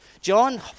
John